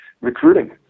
recruiting